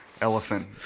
elephant